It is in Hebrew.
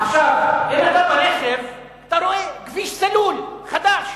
עכשיו, אם אתה ברכב, אתה רואה כביש סלול, חדש.